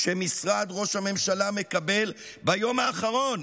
כשמשרד ראש הממשלה מקבל ביום האחרון